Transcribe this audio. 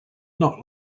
not